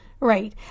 Right